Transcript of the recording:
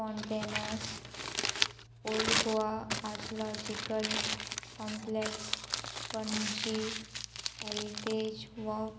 Fontainhas old Goa archaeological complex Panaji heritage work